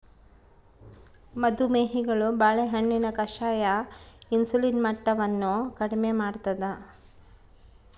ಮದು ಮೇಹಿಗಳು ಬಾಳೆಹಣ್ಣಿನ ಕಷಾಯ ಇನ್ಸುಲಿನ್ ಮಟ್ಟವನ್ನು ಕಡಿಮೆ ಮಾಡ್ತಾದ